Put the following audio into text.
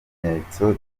bimenyetso